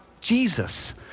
Jesus